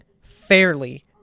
Fairly